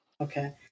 okay